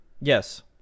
Yes